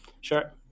Sure